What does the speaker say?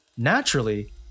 Naturally